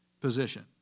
position